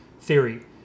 theory